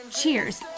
cheers